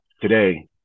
today